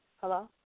Hello